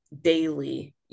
daily